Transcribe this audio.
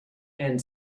and